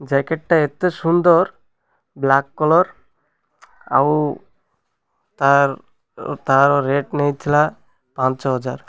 ଜ୍ୟାକେଟ୍ଟା ଏତେ ସୁନ୍ଦର ବ୍ଲାକ୍ କଲର୍ ଆଉ ତା'ର ରେଟ୍ ନେଇଥିଲା ପାଞ୍ଚ ହଜାର